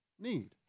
need